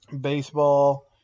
baseball